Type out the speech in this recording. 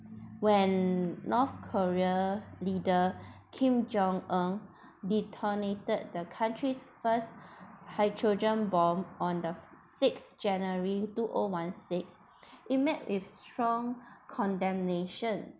when north korea leader Kim-Jong-Un detonated the country's first hydrogen bomb on the sixth january two o one six it met with strong condemnation